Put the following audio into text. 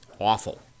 awful